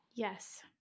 Yes